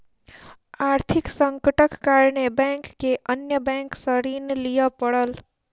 आर्थिक संकटक कारणेँ बैंक के अन्य बैंक सॅ ऋण लिअ पड़ल